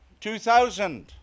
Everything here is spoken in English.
2,000